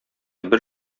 бер